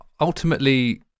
ultimately